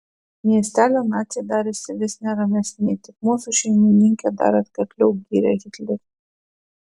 miestelio naciai darėsi vis neramesni tik mūsų šeimininkė dar atkakliau gyrė hitlerį